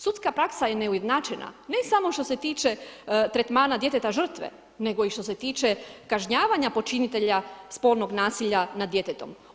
Sudska praksa je neujednačena, ne samo što se tiče tretmana djeteta žrtve nego i što se tiče kažnjavanja počinitelja spolnog nasilja nad djetetom.